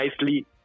nicely